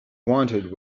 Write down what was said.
wanted